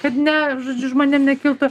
kad ne žodžiu žmonėm nekiltų